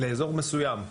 לאזור מסוים.